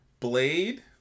Blade